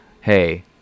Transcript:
hey